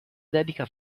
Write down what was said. dedica